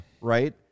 right